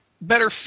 better